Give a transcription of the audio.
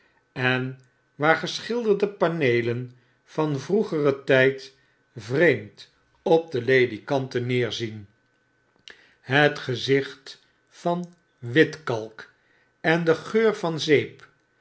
en waar geschilderde paneelen van vroegeren tyd vreemd op de ledekanten neerzien het gezicht van witkalk en de geur van zeep